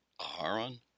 Aharon